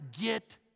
get